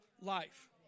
life